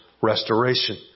restoration